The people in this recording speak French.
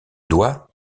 doit